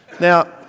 Now